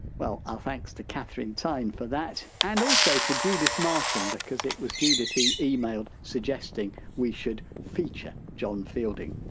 well, our thanks to kathryn tyne for that. and also, also, to judith martin, because it was judith who emailed suggesting we should feature john fielding.